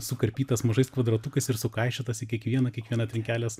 sukarpytas mažais kvadratukais ir sukaišiotas į kiekvieną kiekvieną trinkelės